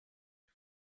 ich